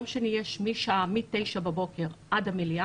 למה לא ניתן לעשות יום שני יש מ-09:00 עד המליאה,